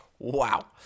Wow